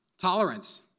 Tolerance